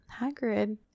Hagrid